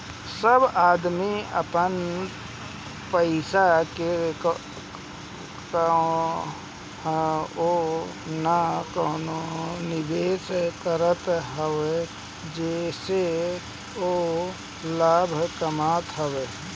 सब आदमी अपन पईसा के कहवो न कहवो निवेश करत हअ जेसे उ लाभ कमात हवे